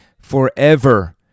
forever